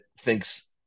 thinks